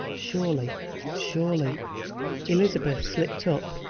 surely surely elizabeth slipped up,